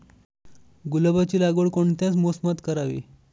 गुलाबाची लागवड कोणत्या मोसमात करावी?